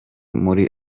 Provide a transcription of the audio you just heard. muri